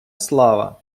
слава